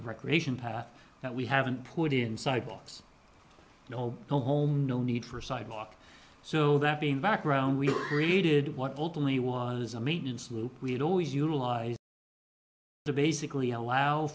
recreation path that we haven't put in sidewalks you know no home no need for sidewalk so that being background we created what ultimately was a maintenance loop we had always utilized to basically allow